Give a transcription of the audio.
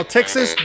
Texas